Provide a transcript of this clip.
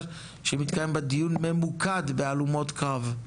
שמתקיים בה דיון ממוקד בהלומות קרב.